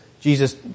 Jesus